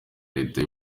leta